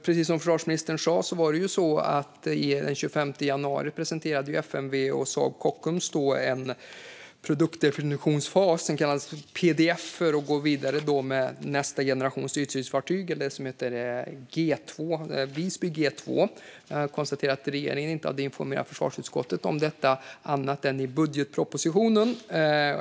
Precis som försvarsministern sa presenterade FMV och Saab Kockums den 25 januari en produktionsdefinitionsfas, så kallad PDF, och går vidare med nästa generations ytstridsfartyg, Visby G2. Jag konstaterar att regeringen inte hade informerat försvarsutskottet om detta annat än i budgetpropositionen.